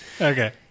Okay